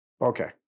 Okay